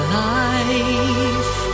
life